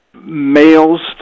males